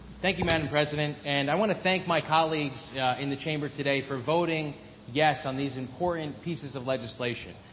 thank you madam president. and i want to thank my colleagues yeah in the chamber today for voting yes on these important pieces of legislation.